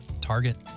Target